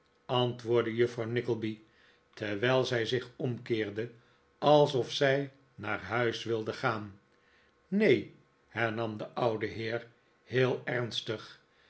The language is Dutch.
antwoordde juffrouw nickleby terwijl zij zich omkeerde alsof zij naar huis wilde gaan neen hernam de oude heer heel ernstig